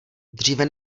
dříve